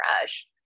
fresh